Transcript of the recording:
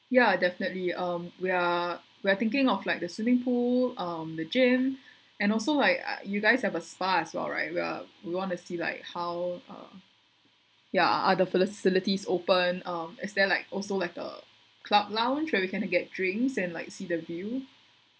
yeah definitely um we are we are thinking of like the swimming pool um the gym and also like ah you guys have a spa as well right uh we want to see like how uh ya are the facilities open um is there like also like a club lounge where we can get drinks and like see the view